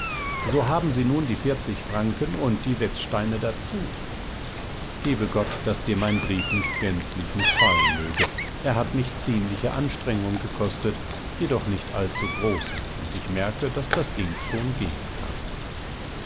so haben sie nun die vierzig franken und die wetzsteine dazu gebe gott daß dir mein brief nicht gänzlich mißfallen möge er hat mich ziemliche anstrengung gekostet jedoch nicht allzu große und ich merke daß das ding schon gehen kann